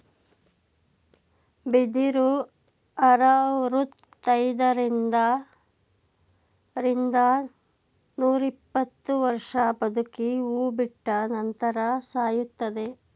ಬಿದಿರು ಅರವೃತೈದರಿಂದ ರಿಂದ ನೂರಿಪ್ಪತ್ತು ವರ್ಷ ಬದುಕಿ ಹೂ ಬಿಟ್ಟ ನಂತರ ಸಾಯುತ್ತದೆ